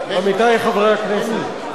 עמיתי חברי הכנסת,